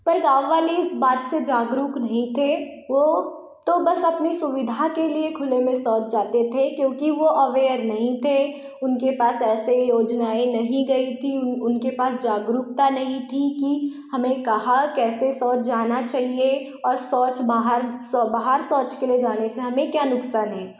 पर गाँव वाले इस बात से जागरूक नहीं थे वो तो बस अपनी सुविधा के लिए खुले में शौच जाते थे क्योंकि वो अवेयर नहीं थे उनके पास ऐसे योजनाएँ नहीं गई थी उनके पास जागरूकता नहीं थी कि हमें कहाँ कैसे शौच जाना चाहिए और शौच बाहर बाहर शौच के लिए जाने से हमें क्या नुक़सान है